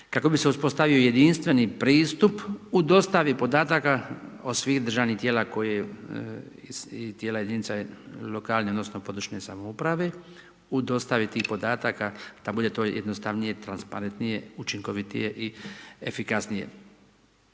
kako bi se uspostavio jedinstveni pristup u dostavi podataka od svih državnih tijela koje tijela jedinica lokalne odnosno područne samouprave u dostavi tih podataka da bude to jednostavnije, transparentnije, učinkovitije i efikasnije.